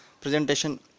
presentation